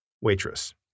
Waitress